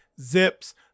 zips